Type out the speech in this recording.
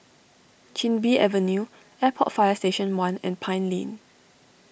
Chin Bee Avenue Airport Fire Station one and Pine Lane